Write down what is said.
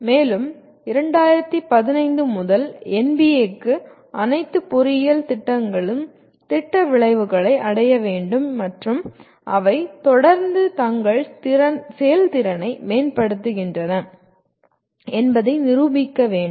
மேலும் 2015 முதல் NBA க்கு அனைத்து பொறியியல் திட்டங்களும் திட்ட விளைவுகளை அடைய வேண்டும் மற்றும் அவை தொடர்ந்து தங்கள் செயல்திறனை மேம்படுத்துகின்றன என்பதை நிரூபிக்க வேண்டும்